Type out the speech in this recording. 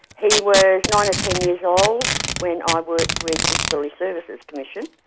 he was nine or ten years old when i worked with disability services commission,